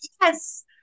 yes